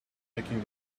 making